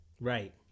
Right